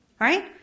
Right